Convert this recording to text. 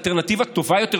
אלטרנטיבה טובה יותר,